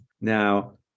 now